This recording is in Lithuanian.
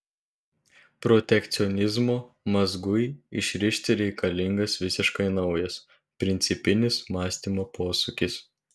protekcionizmo mazgui išrišti reikalingas visiškai naujas principinis mąstymo posūkis